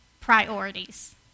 priorities